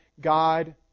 God